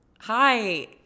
Hi